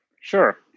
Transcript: Sure